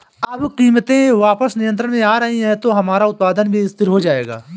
अब कीमतें वापस नियंत्रण में आ रही हैं तो हमारा उत्पादन भी स्थिर हो जाएगा